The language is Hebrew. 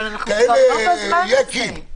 אנחנו כבר לא בזמן הזה.